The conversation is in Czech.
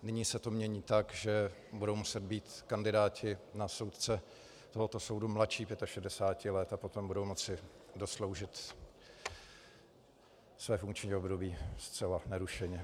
Nyní se to mění tak, že budou muset být kandidáti na soudce tohoto soudu mladší 65 let a potom budou moci dosloužit své funkční období zcela nerušeně.